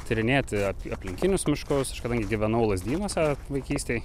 tyrinėti ap aplinkinius miškus aš kadangi gyvenau lazdynuose vaikystėj